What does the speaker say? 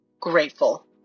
grateful